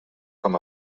com